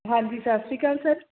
ਹਾਂਜੀ ਸਤਿ ਸ਼੍ਰੀ ਅਕਾਲ ਸਰ